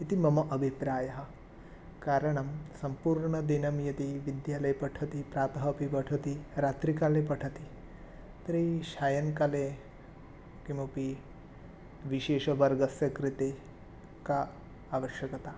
इति मम अभिप्रायः कारणं सम्पूर्णदिनं यदि विद्यालये पठति प्रातः अपि पठति रात्रिकाले पठति तर्हि सायङ्काले किमपि विशेषवर्गस्य कृते का आवश्यकता